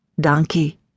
Donkey